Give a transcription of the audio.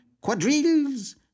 Quadrilles